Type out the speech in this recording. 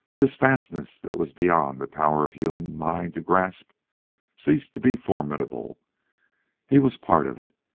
this vastness that was beyond the power of human mind to grasp ceased to be formidable he was part of it.